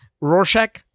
Rorschach